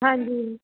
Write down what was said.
ਹਾਂਜੀ ਜੀ